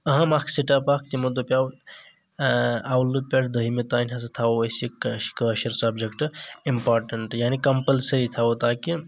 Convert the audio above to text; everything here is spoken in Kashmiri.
اہم اکھ سِٹٮ۪پ اکھ تِمو دپیاو اولہٕ پٮ۪ٹھ دٔہِمہِ تانۍ ہسا تھاوو أسۍ یہِ کأشر سبجیکٹ امپارٹنٹ یعنی کمپلسری تھاوَو تاکہِ